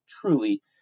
truly